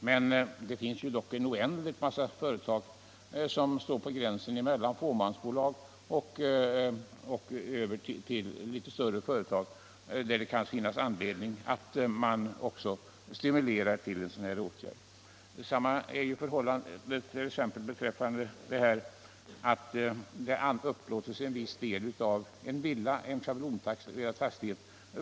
Men det finns ju ett oändligt stort antal företag som står på gränsen mellan fåmansbolag och litet större företag, där det kan finnas god anledning att ge stimulans i form av tantiem. Samma är förhållandet beträffande en rörelse som bedrivs i en viss del av en villa eller en fastighet.